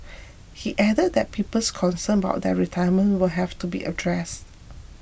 he added that people's concerns about their retirement will have to be addressed